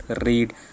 read